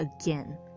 again